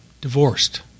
divorced